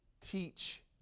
teach